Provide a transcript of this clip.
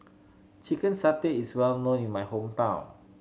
chicken satay is well known in my hometown